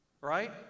Right